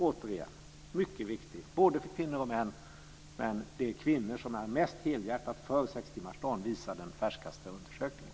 Den är mycket viktig både för kvinnor och män, men det är kvinnor som är mest helhjärtat för sextimmarsdagen, visar den färskaste undersökningen.